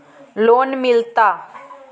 Loan मिलता?